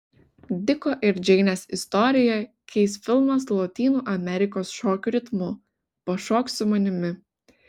diko ir džeinės istoriją keis filmas lotynų amerikos šokių ritmu pašok su manimi